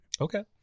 okay